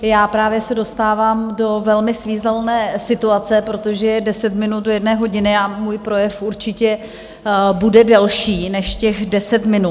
Já právě se dostávám do velmi svízelné situace, protože je deset minut do jedné hodiny a můj projev určitě bude delší než těch deset minut.